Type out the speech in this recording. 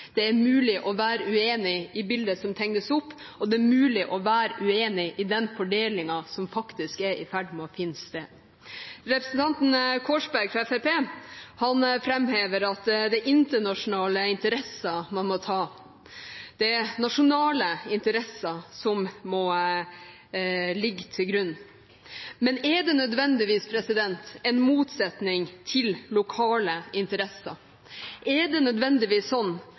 Det er mulig å være uenig i bildet som tegnes opp, og det er mulig å være uenig i den fordelingen som faktisk er i ferd med å finne sted. Representanten Korsberg fra Fremskrittspartiet framhever at det er internasjonale interesser og nasjonale interesser som må ligge til grunn. Men er det nødvendigvis en motsetning til lokale interesser? Er det nødvendigvis sånn